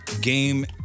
game